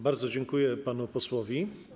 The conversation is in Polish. Bardzo dziękuję panu posłowi.